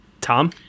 Tom